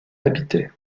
habitait